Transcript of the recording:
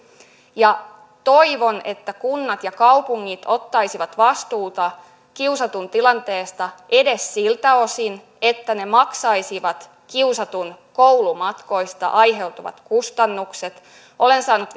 ja toivon että kunnat ja kaupungit ottaisivat vastuuta kiusatun tilanteesta edes siltä osin että ne maksaisivat kiusatun koulumatkoista aiheutuvat kustannukset olen saanut